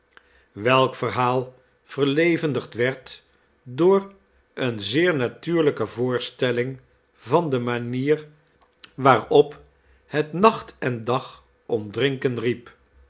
welk verhaal verlevendigd werd door eene zeer natuurlijke voorstelling van de manier waarop het nacht en dag om drinken riep